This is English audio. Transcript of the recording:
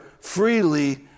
freely